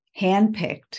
handpicked